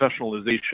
professionalization